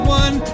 one